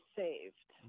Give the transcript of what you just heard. saved